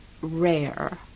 rare